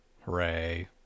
Hooray